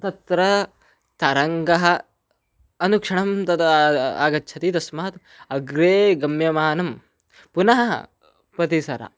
तत्र तरङ्गम् अनुक्षणं तद् आगच्छति तस्मात् अग्रे गम्यमानं पुनः प्रतिसरः